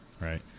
Right